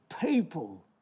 people